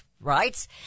writes